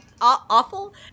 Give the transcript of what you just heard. Awful